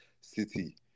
City